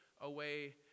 away